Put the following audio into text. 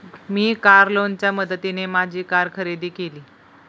मी car लोनच्या मदतीने माझी कार खरेदी केली